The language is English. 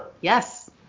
yes